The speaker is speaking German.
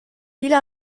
viele